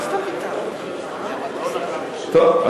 טוב,